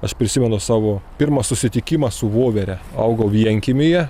aš prisimenu savo pirmą susitikimą su vovere augau vienkiemyje